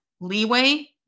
leeway